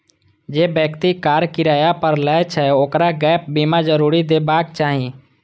जे व्यक्ति कार किराया पर लै छै, ओकरा गैप बीमा जरूर खरीदबाक चाही